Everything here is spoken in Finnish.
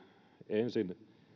ensin